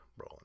Brolin